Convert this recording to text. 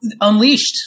Unleashed